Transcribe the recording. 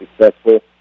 successful